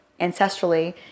ancestrally